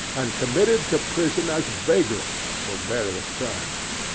and committed to prison as vagrants for various terms.